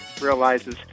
realizes